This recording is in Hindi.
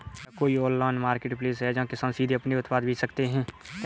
क्या कोई ऑनलाइन मार्केटप्लेस है जहाँ किसान सीधे अपने उत्पाद बेच सकते हैं?